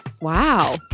Wow